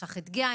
יש לך את גהה,